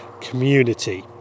community